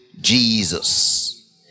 Jesus